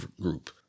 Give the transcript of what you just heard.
group